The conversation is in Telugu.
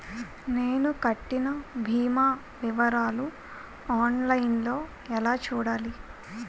నేను కట్టిన భీమా వివరాలు ఆన్ లైన్ లో ఎలా చూడాలి?